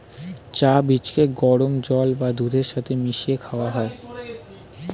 চা বীজকে গরম জল বা দুধের সাথে মিশিয়ে খাওয়া হয়